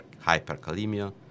hyperkalemia